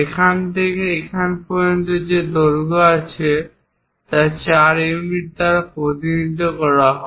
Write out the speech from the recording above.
এখান থেকে এখান পর্যন্ত যে দৈর্ঘ্য আছে তা 4 ইউনিট দ্বারা প্রতিনিধিত্ব করা হয়